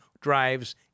drives